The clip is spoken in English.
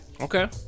Okay